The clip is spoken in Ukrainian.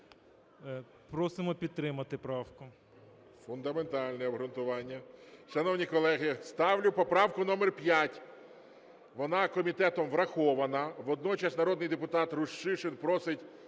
Просимо підтримати правку.